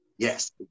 Yes